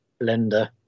Blender